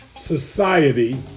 society